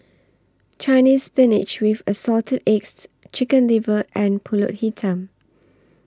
Chinese Spinach with Assorted Eggs Chicken Liver and Pulut Hitam